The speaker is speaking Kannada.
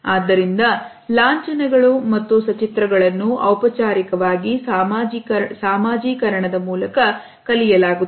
ಆದ್ದರಿಂದ ಲಾಂಛನಗಳು ಮತ್ತು ಸಚಿತ್ರಗಳನ್ನು ಔಪಚಾರಿಕವಾಗಿ ಸಾಮಾಜೀಕರಣದ ಮೂಲಕ ಕಲಿಯಲಾಗುತ್ತದೆ